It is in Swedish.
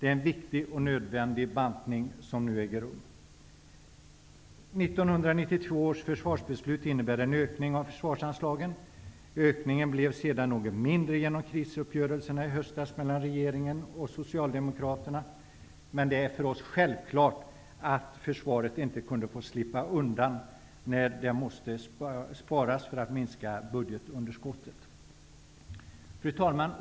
Det är en viktig och nödvändig bantning som nu äger rum. 1992 års försvarsbeslut innebar en ökning av försvarsanslagen. Ökningen blev sedan något mindre på grund av krisuppgörelsen om den ekonomiska politiken i höstas mellan regeringen och Socialdemokraterna. Det är för oss självklart att försvaret inte kunde få slippa undan när det måste sparas för att minska budgetunderskottet. Fru talman!